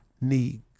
need